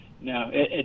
No